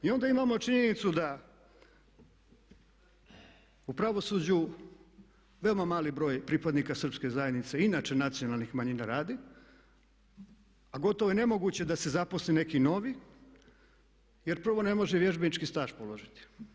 I onda imamo činjenicu da u pravosuđu veoma mali broj pripadnika srpske zajednice i inače nacionalnih manjina radi a gotovo je nemoguće da se zaposli neki novi jer prvo ne može vježbenički staž položiti.